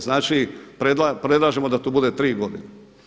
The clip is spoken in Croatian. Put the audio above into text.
Znači predlažemo da to bude 3 godine.